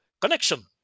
connection